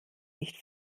nicht